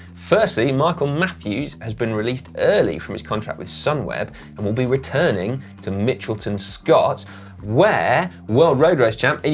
firstly, michael matthews has been released early from his contract with sunweb and will be returning to mitchelton-scott where world road race champ, and